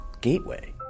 gateway